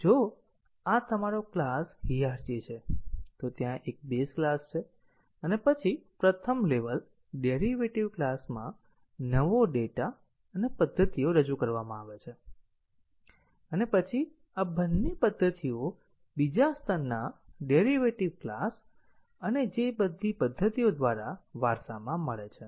જો આ તમારો ક્લાસ હિયાર્ચી છે તો ત્યાં એક બેઝ ક્લાસ છે અને પછી પ્રથમ લેવલ ડેરિવેટેડ ક્લાસમાં નવો ડેટા અને પદ્ધતિઓ રજૂ કરવામાં આવે છે અને પછી આ બંને પદ્ધતિઓ બીજા સ્તરના ડેરિવેટેડ ક્લાસ અને જે બધી પદ્ધતિઓ દ્વારા વારસામાં મળે છે